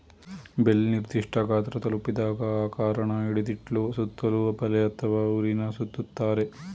bale ನಿರ್ದಿಷ್ಠ ಗಾತ್ರ ತಲುಪಿದಾಗ ಆಕಾರನ ಹಿಡಿದಿಡ್ಲು ಸುತ್ತಲೂ ಬಲೆ ಅಥವಾ ಹುರಿನ ಸುತ್ತುತ್ತಾರೆ